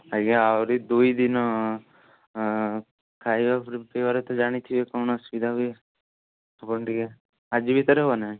ଆଜ୍ଞା ଆହୁରି ଦୁଇଦିନ ଖାଇବା ପିଇବାରେ ତ ଜାଣିଥିବେ କ'ଣ ଅସୁବିଧା ହୁଏ ହେବନି ଟିକେ ଆଜି ଭିତରେ ହେବ ନାହିଁ